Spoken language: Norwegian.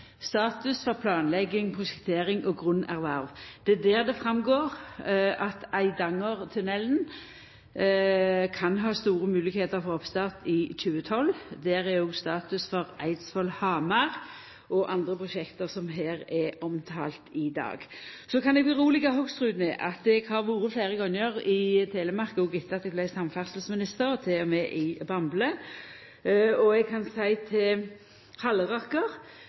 status for planlegging, prosjektering og grunnerverv. Det er der det går fram at det når det gjeld Eidangertunnelen, kan vera store moglegheiter for oppstart i 2012. Der er òg status for Eidsvoll–Hamar og andre prosjekt som er omtalte i dag. Så kan eg roa Hoksrud med at eg har vore fleire gonger i Telemark, òg etter at eg vart samferdselsminister, til og med i Bamble. Til Halleraker